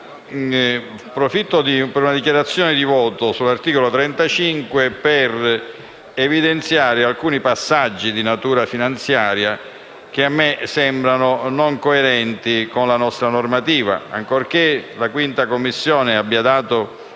intervengo in dichiarazio- ne di voto sull’articolo 35 per evidenziare alcuni passaggi di natura finanziaria che a me sembrano non coerenti con la nostra normativa. Ancorché la 5[a] Commissione abbia dato